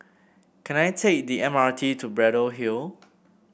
can I take the M R T to Braddell Hill